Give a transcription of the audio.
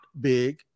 big